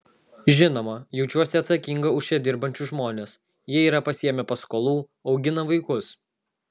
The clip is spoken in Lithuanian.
žinoma jaučiuosi atsakinga už čia dirbančius žmones jie yra pasiėmę paskolų augina vaikus